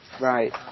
Right